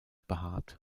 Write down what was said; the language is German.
behaart